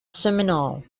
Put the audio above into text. seminole